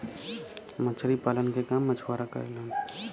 मछरी पालन के काम मछुआरा करेलन